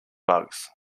bugs